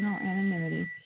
anonymity